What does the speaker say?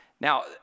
Now